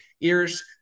ears